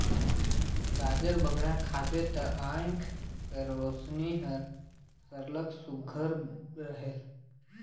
गाजर बगरा खाबे ता आँएख कर रोसनी हर सरलग सुग्घर रहेल